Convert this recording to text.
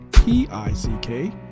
P-I-C-K